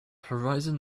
horizon